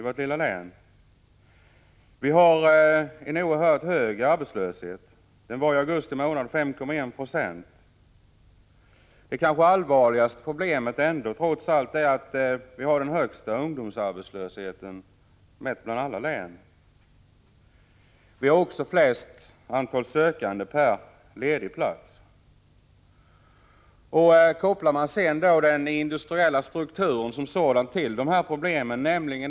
Vi har en oerhört hög arbetslöshet. Den var i augusti 5,1 96. Det kanske allvarligaste problemet är att vi har den högsta ungdomsarbetslösheten av alla län. Vi har också det största antalet sökande per ledig plats. Därtill kommer problemet med den industriella strukturen.